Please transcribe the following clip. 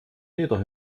jeder